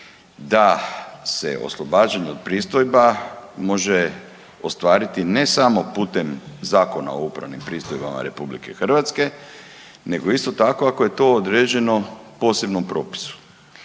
da se oslobađanje od pristojba može ostvariti ne samo putem Zakona o upravnim pristojbama RH nego isto tako ako je to određeno u posebnom propisu.